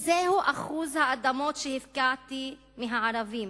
זהו אחוז האדמות שהפקעתי מהערבים